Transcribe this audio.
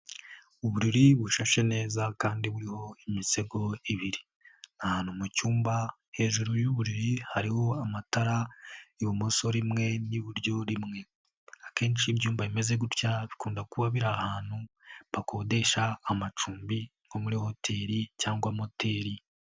Uburiri bushashe neza kandi buriho imisego ibiri. Ni ahantu mu cyumba hejuru y'uburiri hariho amatara, ibumoso rimwe n'iburyo rimwe. Akenshi iyo ibyumba bimeze gutya bikunda kuba biri ahantu, bakodesha amacumbi nko muri hoteli cyangwa moteri.